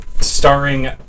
Starring